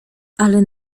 ale